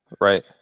Right